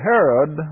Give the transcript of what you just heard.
Herod